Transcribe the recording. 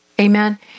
Amen